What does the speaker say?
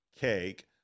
cake